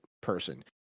person